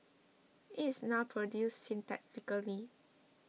it is now produced synthetically